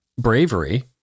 bravery